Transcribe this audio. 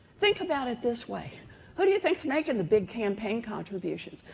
think about it this way who do you think's making the big campaign contributions?